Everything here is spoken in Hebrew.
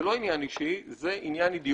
זה לא עניין אישי, זה עניין אידיאולוגי.